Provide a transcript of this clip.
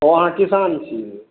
ओ अहाँ किसान छियै